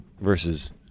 versus